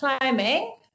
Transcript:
climbing